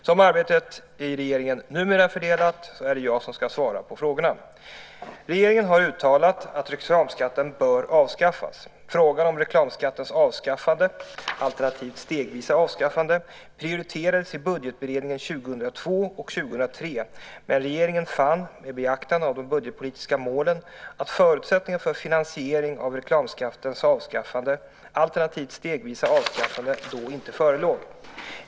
Som arbetet i regeringen numera är fördelat är det jag som ska svara på frågorna. Regeringen har uttalat att reklamskatten bör avskaffas. Frågan om reklamskattens avskaffande, alternativt stegvisa avskaffande, prioriterades i budgetberedningen 2002 och 2003. Men regeringen fann, med beaktande av de budgetpolitiska målen, att förutsättningar för finansiering av reklamskattens avskaffande, alternativt stegvisa avskaffande, då inte förelåg.